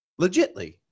Legitly